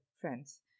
friends